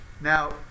Now